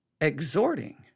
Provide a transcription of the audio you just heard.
Exhorting